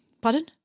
Pardon